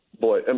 Boy